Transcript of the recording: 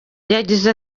yagize